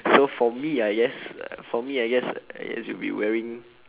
so for me I guess for me I guess uh for me I guess uh is to be wearing